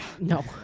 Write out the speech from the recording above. No